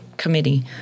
Committee